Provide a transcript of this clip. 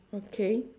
okay